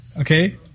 okay